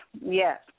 yes